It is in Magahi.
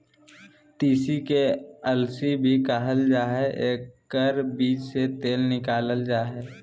तीसी के अलसी भी कहल जा हइ एकर बीज से तेल निकालल जा हइ